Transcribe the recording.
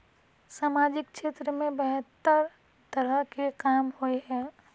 सामाजिक क्षेत्र में बेहतर तरह के काम होय है?